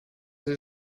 sie